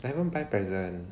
I haven't buy present